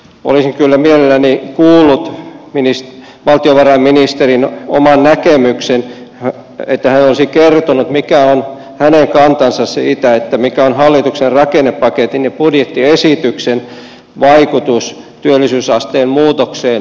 olisin kyllä mielelläni kuullut valtiovarainministerin oman näkemyksen että hän olisi kertonut mikä on hänen kantansa siitä mikä on hallituksen rakennepaketin ja budjettiesityksen vaikutus työllisyysasteen muutokseen lähivuosina